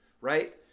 right